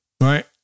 Right